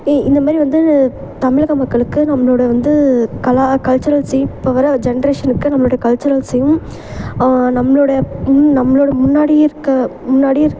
இந்த மாதிரி வந்து தமிழக மக்களுக்கு நம்மளோட வந்து கலா கல்ச்சுரல்ஸையும் இப்போ வர ஜென்ட்ரேஷன்க்கு நம்மளோடைய கல்ச்சுரல்ஸையும் நம்மளோடைய ம்ஹூம் நம்மளோட முன்னாடி இருக்க முன்னாடி இருக்